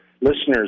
listeners